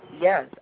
yes